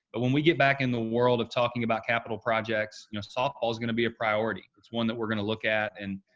but when we get back in the world of talking about capital projects, you know, softball is going to be a priority. it's one that we're going to look at, and,